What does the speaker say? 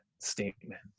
statement